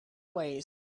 ways